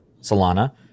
solana